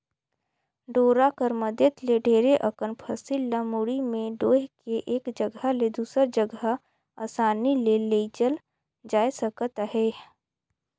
डोरा कर मदेत ले ढेरे अकन फसिल ल मुड़ी मे डोएह के एक जगहा ले दूसर जगहा असानी ले लेइजल जाए सकत अहे